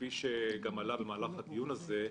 מכפי שגם עלה במהלך הדיון הזה,